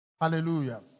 Hallelujah